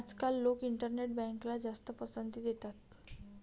आजकाल लोक इंटरनेट बँकला जास्त पसंती देतात